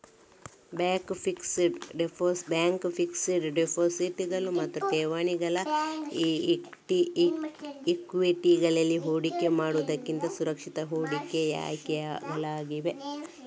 bank fixed ಡೆಪಾಸಿಟುಗಳು ಮತ್ತು ಠೇವಣಿಗಳು ಈಕ್ವಿಟಿಗಳಲ್ಲಿ ಹೂಡಿಕೆ ಮಾಡುವುದಕ್ಕಿಂತ ಸುರಕ್ಷಿತ ಹೂಡಿಕೆ ಆಯ್ಕೆಗಳಾಗಿವೆ